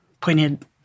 pointed